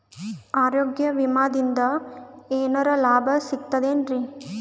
ಆರೋಗ್ಯ ವಿಮಾದಿಂದ ಏನರ್ ಲಾಭ ಸಿಗತದೇನ್ರಿ?